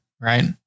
right